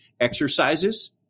exercises